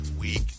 week